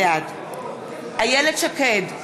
בעד איילת שקד,